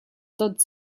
tot